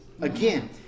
again